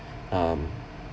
um